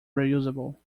reusable